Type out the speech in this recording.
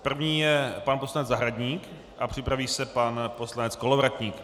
První je pan poslanec Zahradník a připraví se pan poslanec Kolovratník.